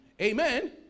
amen